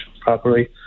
properly